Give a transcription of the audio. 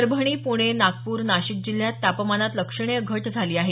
परभणी पुणे नागपूर नाशिक जिल्ह्यात तापमानात लक्षणीय घट झाली आहे